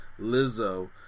Lizzo